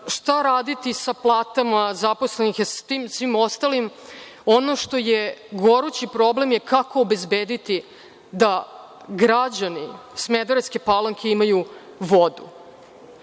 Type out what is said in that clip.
šta raditi sa platama zaposlenih i sa tim svim ostalim, ono što je gorući problem je kako obezbediti da građani Smederevske Palanke imaju vodu.